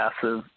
passive